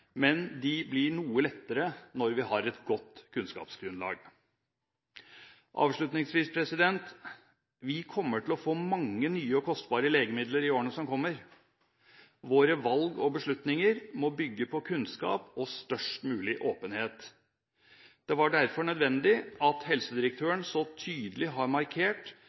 men de blir noe lettere når vi har et godt kunnskapsgrunnlag. Avslutningsvis: Vi kommer til å få mange nye og kostbare legemidler i årene som kommer. Våre valg og våre beslutninger må bygge på kunnskap og størst mulig åpenhet. Det var derfor nødvendig at helsedirektøren så tydelig